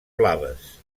blaves